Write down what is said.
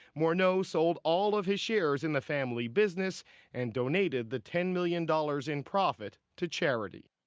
morneau sold all of his shares in the family business and donated the ten million dollars in profit to charity.